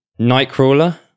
Nightcrawler